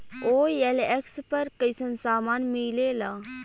OLX पर कइसन सामान मीलेला?